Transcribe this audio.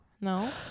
No